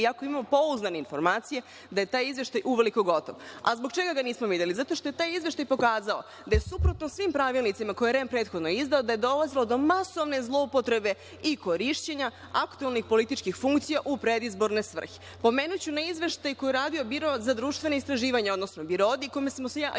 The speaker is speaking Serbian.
Imam pouzdane informacije da je taj izveštaj uveliko gotov. Zbog čega ga nismo videli? Taj izveštaj je pokazao da je suprotno svim pravilnicima koje je REM prethodno izdao dolazilo do masovne zloupotrebe i korišćenja aktuelnih političkih funkcija u predizborne svrhe. Pomenuću izveštaj koji je radio Biro za društvena istraživanja, odnosno BIRODI u kome smo svi jasno